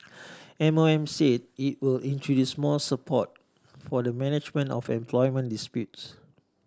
M O M said it will introduce more support for the management of employment disputes